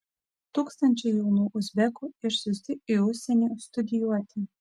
tūkstančiai jaunų uzbekų išsiųsti į užsienį studijuoti